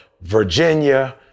virginia